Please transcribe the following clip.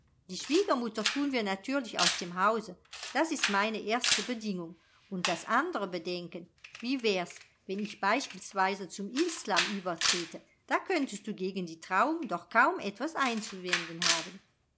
die schwiegermutter tun wir natürlich aus dem hause das ist meine erste bedingung und das andere bedenken wie wär's wenn ich beispielsweise zum islam übertrete da könntest du gegen die trauung doch kaum etwas einzuwenden haben